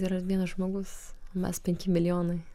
yra vienas žmogus mes penki milijonai